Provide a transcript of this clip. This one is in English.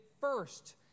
first